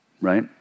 right